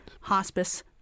hospice